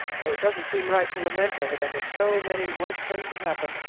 though it doesn't seem right to lament over them when so many worse things have happened.